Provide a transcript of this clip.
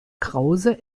krause